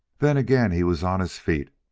then again he was on his feet,